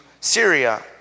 Syria